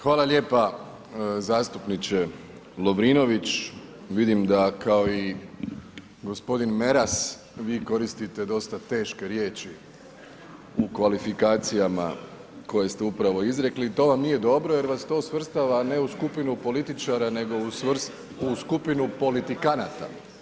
Hvala lijepo, zastupniče Lovrinović, vidim da kao i gospodin Meras vi koristite dosta teške riječi, u kvalifikacijama, koje ste upravno izrekli, to vam nije dobro, jer vas to svrstava ne u skupinu političara, nego u skupinu politikanata.